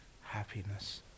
happiness